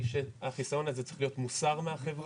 היא שהחיסיון הזה צריך להיות מוסר מהחברה,